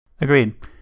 Agreed